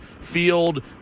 field